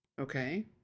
Okay